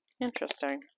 Interesting